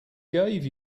gave